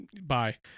bye